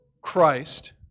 Christ